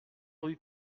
rue